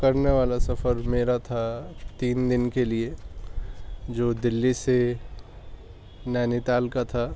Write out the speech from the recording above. کرنے والا سفر میرا تھا تین دن کے لیے جو دلی سے نینی تال کا تھا